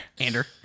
Ander